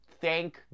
Thank